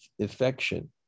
affection